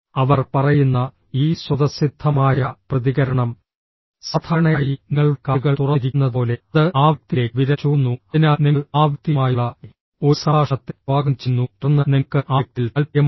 അവർ പറയുന്ന ഈ സ്വതസിദ്ധമായ പ്രതികരണം സാധാരണയായി നിങ്ങളുടെ കാലുകൾ തുറന്നിരിക്കുന്നതുപോലെ അത് ആ വ്യക്തിയിലേക്ക് വിരൽ ചൂണ്ടുന്നു അതിനാൽ നിങ്ങൾ ആ വ്യക്തിയുമായുള്ള ഒരു സംഭാഷണത്തെ സ്വാഗതം ചെയ്യുന്നു തുടർന്ന് നിങ്ങൾക്ക് ആ വ്യക്തിയിൽ താൽപ്പര്യമുണ്ട്